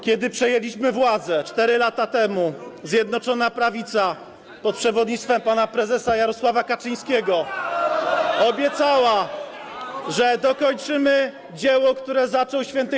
Kiedy przejęliśmy władzę 4 lata temu, Zjednoczona Prawica pod przewodnictwem pana prezesa Jarosława Kaczyńskiego obiecała, że dokończymy dzieło... Towarzysza Brudzińskiego.